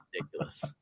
ridiculous